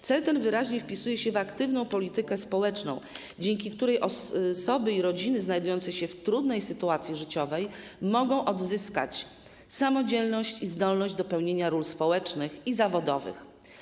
Cel ten wyraźnie wpisuje się w aktywną politykę społeczną, dzięki której osoby i rodziny znajdujące się w trudnej sytuacji życiowej mogą odzyskać samodzielność i zdolność do pełnienia ról społecznych i zawodowych.